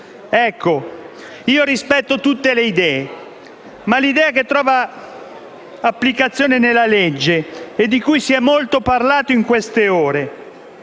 Io rispetto tutte le idee, ma l'idea che trova applicazione nel disegno legge - e di cui si è molto parlato in queste ore